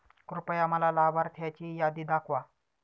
कृपया मला लाभार्थ्यांची यादी दाखवा